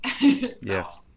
Yes